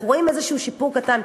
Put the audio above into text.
אנחנו רואים איזה שיפור קטן,